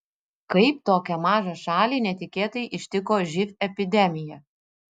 kaip tokią mažą šalį netikėtai ištiko živ epidemija